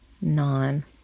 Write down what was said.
non